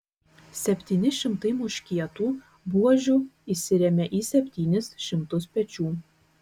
septyni šimtai muškietų buožių įsirėmė į septynis šimtus pečių